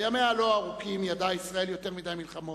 בימיה הלא-ארוכים ידעה ישראל יותר מדי מלחמות,